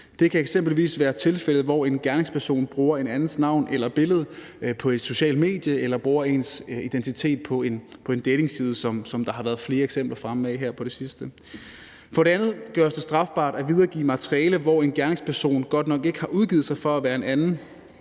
Det kan eksempelvis være tilfældet, hvor en gerningsperson bruger en andens navn eller billede på et socialt medie eller bruger en andens identitet på en datingside, hvilket der har været flere eksempler fremme om her på det sidste. For det andet gøres det strafbart at videregive materiale, hvor en gerningsperson godt nok ikke har udgivet sig for at være en anden,